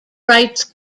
rights